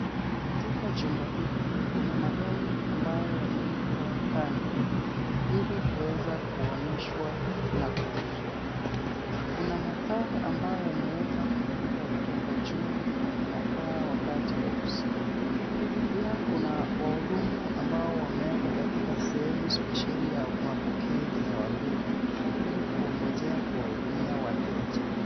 Katika chumba hili, kuna magari ambayo yamewekwa kando ili kuweza kuonyeshwa na kuuzwa. Kuna mataa ambayo yameweza kumulika kutoka juu na inakaa wakati wa usiku. Pia, kuna wahudumu ambao wameekwa katika sehemu spesheli ya mapokezi ya wageni, ilikuongojea kuwahudumia wateja.